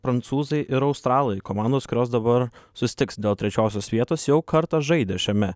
prancūzai ir australai komandos kurios dabar susitiks dėl trečiosios vietos jau kartą žaidė šiame